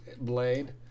blade